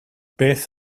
beth